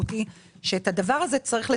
המשמעות היא, שאת הדבר הזה צריך לתחזק.